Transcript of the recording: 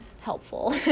helpful